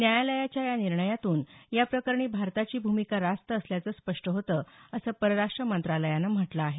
न्यायालयाच्या या निर्णयातून या प्रकरणी भारताची भूमिका रास्त असल्याचं स्पष्ट होत असं परराष्ट्र मंत्रालयानं म्हटलं आहे